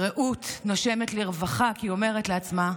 רעות נושמת לרווחה, כי היא אומרת לעצמה: